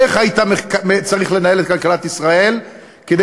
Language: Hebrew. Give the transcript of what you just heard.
איך היית צריך לנהל את כלכלת ישראל כדי